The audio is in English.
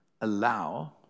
allow